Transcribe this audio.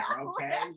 Okay